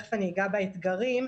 ותכף אגע באתגרים,